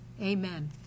Amen